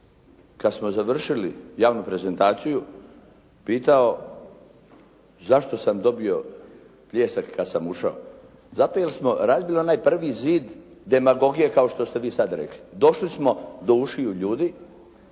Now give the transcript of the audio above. kad smo završili javnu prezentaciju, pitao zašto sam dobio pljesak kad sam ušao. Zato jer smo razbili onaj prvi zid demagogije kao što ste Vi sad rekli. Došli smo do ušiju ljudi